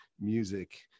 music